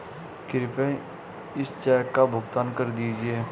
कृपया इस चेक का भुगतान कर दीजिए